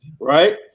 right